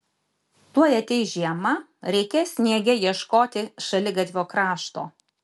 tuoj ateis žiema reikės sniege ieškoti šaligatvio krašto